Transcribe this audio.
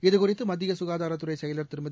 இதுகுறித்துமத்தியசுகாதாரத்துறைசெயலர் திருமதி